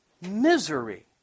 misery